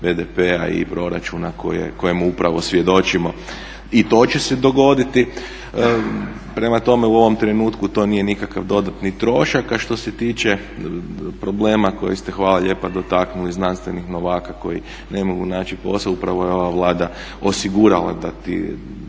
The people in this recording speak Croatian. BDP-a i proračuna kojemu upravo svjedočimo i to će se dogoditi. Prema tome u ovom trenutku to nije nikakav dodatni trošak. A što se tiče problema koji ste, hvala lijepa dotaknuli, znanstvenih novaka koji ne mogu naći posao, upravo je ova Vlada osigurala da ti